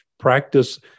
practice